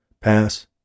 Pass